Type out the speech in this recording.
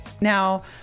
Now